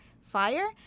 fire